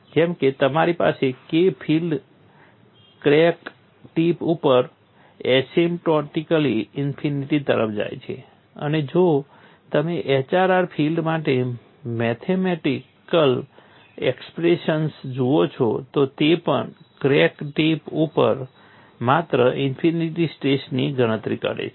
જેમ કે તમારી પાસે K ફીલ્ડ ક્રેક ટિપ ઉપર એસિમ્પ્ટોટિકલી ઇન્ફિનિટી તરફ જાય છે જો તમે HRR ફીલ્ડ માટે મેથેમેટિકલ એક્સપ્રેશન જુઓ છો તો તે પણ ક્રેક ટિપ ઉપર માત્ર ઇન્ફિનિટી સ્ટ્રેસીસની આગાહી કરે છે